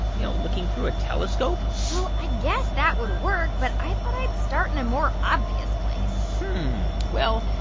you know, looking through a telescope? well, i guess that would work. but i thought i'd start in a more obvious place well,